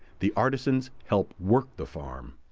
the artisans help work the farm.